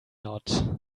not